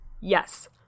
Yes